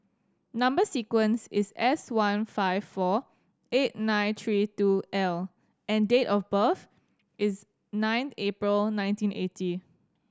number sequence is S one five four eight nine three two L and date of birth is nine April nineteen eighty